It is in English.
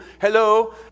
Hello